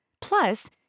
Plus